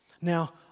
Now